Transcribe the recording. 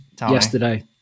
yesterday